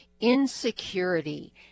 insecurity